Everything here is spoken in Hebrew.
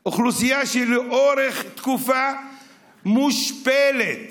אוכלוסייה שלאורך תקופה מושפלת,